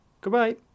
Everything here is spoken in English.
Goodbye